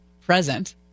present